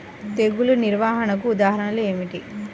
తెగులు నిర్వహణకు ఉదాహరణలు ఏమిటి?